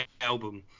album